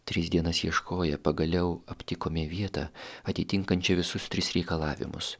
tris dienas ieškoję pagaliau aptikome vietą atitinkančią visus tris reikalavimus